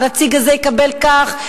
הנציג הזה יקבל כך,